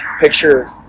picture